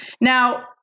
Now